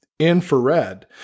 infrared